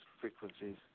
frequencies